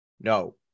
no